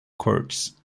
courts